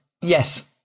yes